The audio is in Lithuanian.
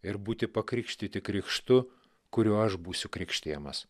ir būti pakrikštyti krikštu kuriuo aš būsiu krikštijamas